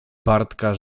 bartka